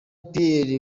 pierre